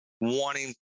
wanting